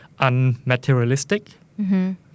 unmaterialistic